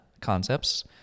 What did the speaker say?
concepts